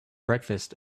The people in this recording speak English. breakfast